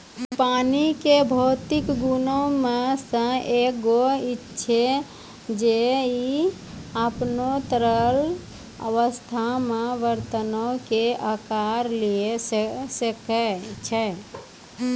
पानी के भौतिक गुणो मे से एगो इ छै जे इ अपनो तरल अवस्था मे बरतनो के अकार लिये सकै छै